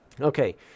Okay